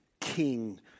king